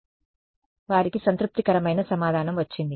కాబట్టి వారికి సంతృప్తికరమైన సమాధానం వచ్చింది